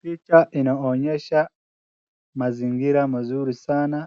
Picha inaonyesha mazingira mazuri sana